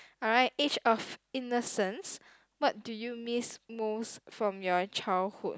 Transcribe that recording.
alright age of innocence what do you miss most from your childhood